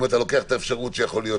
אם אתה לוקח את האפשרות שיכול להיות